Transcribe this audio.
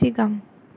सिगां